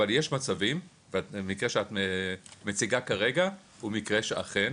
אבל יש מצבים והמקרה שאת מציגה כרגע הוא מקרה שאכן